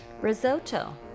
Risotto